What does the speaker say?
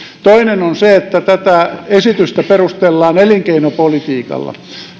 toinen on se että tätä esitystä perustellaan elinkeinopolitiikalla